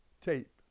tape